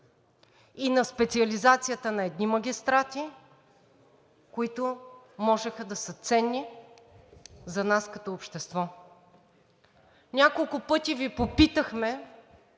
и на специализацията на едни магистрати, които можеха да са ценни за нас като общество. Няколко пъти Ви попитахме